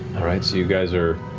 right, so you guys are,